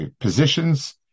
positions